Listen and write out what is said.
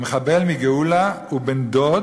המחבל מגאולה הוא בן-דוד